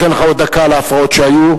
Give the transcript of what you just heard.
אני אתן לך עוד דקה על ההפרעות שהיו.